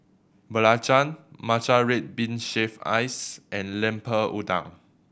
belacan matcha red bean shaved ice and Lemper Udang